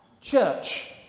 church